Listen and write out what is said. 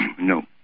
No